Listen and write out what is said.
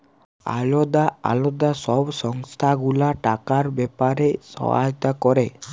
আলদা আলদা সব সংস্থা গুলা টাকার ব্যাপারে সহায়তা ক্যরে